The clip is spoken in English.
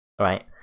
right